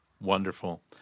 Wonderful